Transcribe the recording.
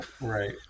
Right